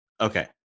Okay